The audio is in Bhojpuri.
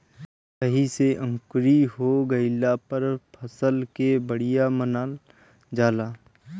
सही से अंकुरी हो गइला पर फसल के बढ़िया मानल जाला